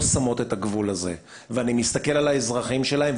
שמות את הגבול הזה ואני מסתכל על האזרחים שלהן,